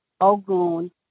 Ogun